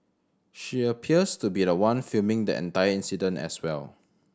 she appears to be the one filming the entire incident as well